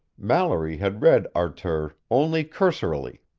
mallory had read arthur only cursorily,